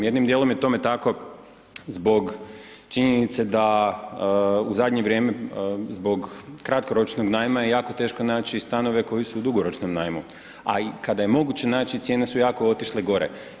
Jednim dijelom je tome tako zbog činjenice da u zadnje vrijeme zbog kratkoročnog najma je jako teško naći stanove koji su u dugoročnom najmu, a i kada je moguće naći, cijene su jako otišle gore.